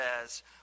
says